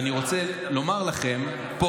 אני רוצה לומר לכם פה,